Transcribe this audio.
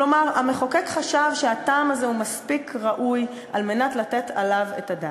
כלומר המחוקק חשב שהטעם הזה הוא מספיק ראוי כדי לתת עליו את הדעת.